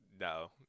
No